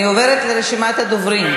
אני עוברת לרשימת הדוברים.